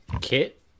kit